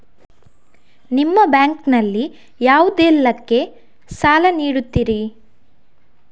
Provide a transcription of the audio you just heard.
ನಿಮ್ಮ ಬ್ಯಾಂಕ್ ನಲ್ಲಿ ಯಾವುದೇಲ್ಲಕ್ಕೆ ಸಾಲ ನೀಡುತ್ತಿರಿ?